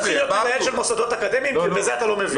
של מוסדות אקדמיים כי בזה אתה לא מבין.